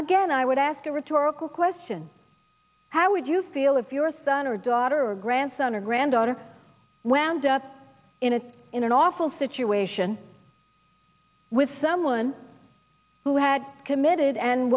again i would ask a rhetorical question how would you feel if your son or daughter or grandson or granddaughter went up in a in an awful situation with someone who had committed and